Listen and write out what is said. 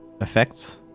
effects